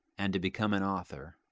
and to become an author.